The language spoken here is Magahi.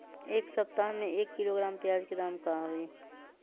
एक सप्ताह में एक किलोग्राम प्याज के दाम का होई?